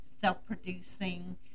self-producing